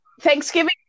Thanksgiving